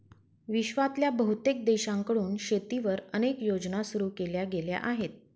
विश्वातल्या बहुतेक देशांकडून शेतीवर अनेक योजना सुरू केल्या गेल्या आहेत